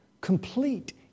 complete